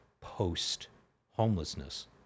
post-homelessness